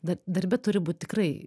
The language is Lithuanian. bet darbe turi būt tikrai